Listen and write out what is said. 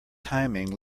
timing